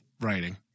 writing